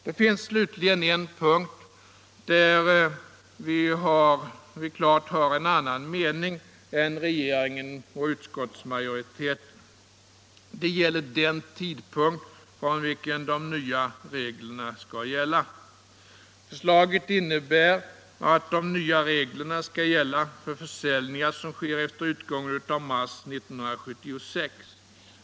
Det finns slutligen en punkt där vi klart har en annan mening än regeringen och utskottsmajoriteten. Det gäller den tidpunkt från vilken de nya reglerna skall gälla. Förslaget innebär att reglerna skall gälla för försäljningar som sker efter utgången av mars 1976.